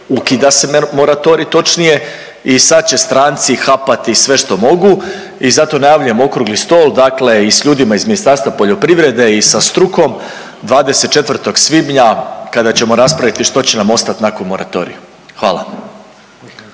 ukida se moratorij točnije i sad će stranci hapati sve što mogu i zato najavljujem Okrugli stol, dakle i s ljudima iz Ministarstva poljoprivrede i sa strukom 24. svibnja kada ćemo raspraviti što će nam ostat nakon moratorija, hvala.